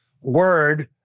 word